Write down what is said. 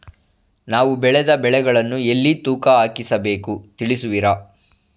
ನಾವು ಬೆಳೆದ ಬೆಳೆಗಳನ್ನು ಎಲ್ಲಿ ತೂಕ ಹಾಕಿಸ ಬೇಕು ತಿಳಿಸುವಿರಾ?